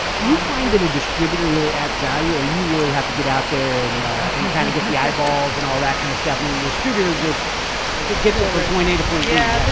ah find that a distributor really adds value, or you really have to get out there and and kind of get the eyeballs and all that kind of stuff. and then distributor just gets ah point a to point. yeah,